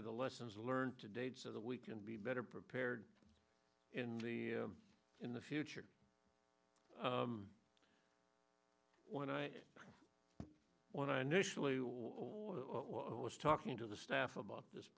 y the lessons learned to date so that we can be better prepared in the in the future when i when i initially was talking to the staff about this